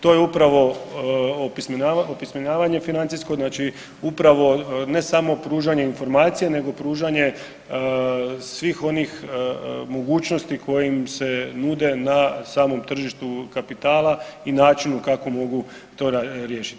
To je upravo opismenjavanje financijsko znači upravo ne samo pružanje informacija nego pružanje svih onih mogućnosti koje im se nude na samom tržištu kapitala i načinu kako mogu to riješiti.